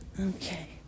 okay